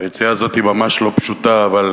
והיציאה הזאת היא ממש לא פשוטה, אבל